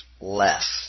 less